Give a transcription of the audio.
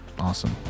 awesome